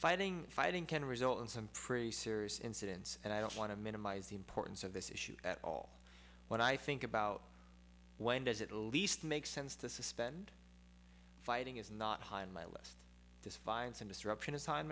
fighting fighting can result in some pretty serious incidents and i don't want to minimize the importance of this issue at all what i think about when does it least make sense to suspend fighting is not high on my list this find some disruption